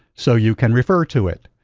so you can refer to it.